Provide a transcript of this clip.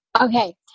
Okay